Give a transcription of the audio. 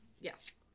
Yes